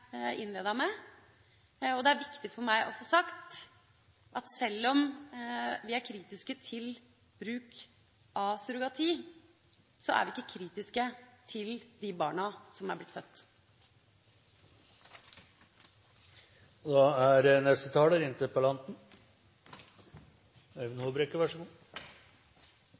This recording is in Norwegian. viktig for meg å få sagt at sjøl om vi er kritiske til bruk av surrogati, er vi ikke kritiske til de barna som er blitt født.